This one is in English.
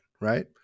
right